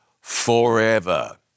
forever